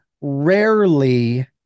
rarely